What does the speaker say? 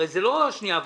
הרי זה לא שנייה ושלישית.